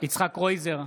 יצחק קרויזר,